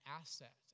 asset